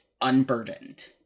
unburdened